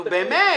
נו, באמת.